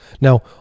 Now